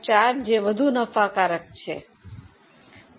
4 વધુ નફાકારક છે